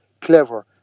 clever